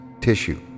tissue